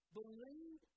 Believe